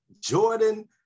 jordan